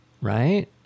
Right